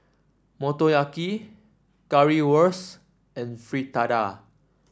Motoyaki Currywurst and Fritada